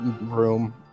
room